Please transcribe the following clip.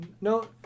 no